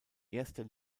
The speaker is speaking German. erster